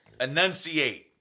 Enunciate